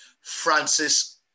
francis